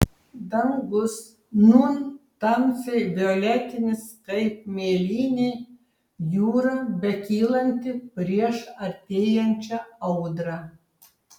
dangus nūn tamsiai violetinis kaip mėlynė jūra bekylanti prieš artėjančią audrą